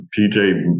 PJ